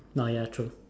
oh ya true